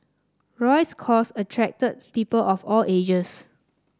Roy's cause attracted people of all ages